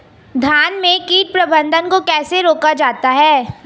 धान में कीट प्रबंधन को कैसे रोका जाता है?